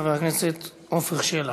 חבר הכנסת עפר שלח.